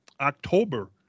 October